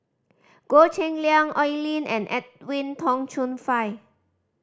Goh Cheng Liang Oi Lin and Edwin Tong Chun Fai